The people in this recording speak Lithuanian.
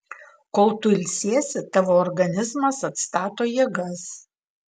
kol tu ilsiesi tavo organizmas atstato jėgas